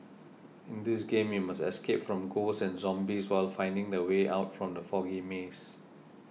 in this game you must escape from ghosts and zombies while finding the way out from the foggy maze